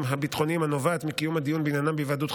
הביטחוניים הנובעת מקיום הדיון בעניינם בהיוועדות חזותית,